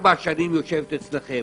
ארבע שנים אצלכם.